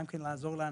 גם לעזור לאנשים,